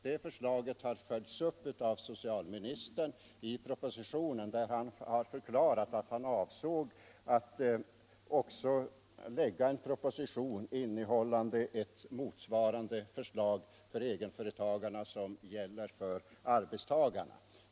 Detta har följts upp av socialministern i propositionen, där han har förklarat att han avser att också lägga fram en proposition om egenföretagarna, innehållande motsvarande förslag som när det gäller arbetstagarna.